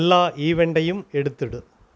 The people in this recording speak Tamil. எல்லா ஈவெண்ட்டையும் எடுத்துடு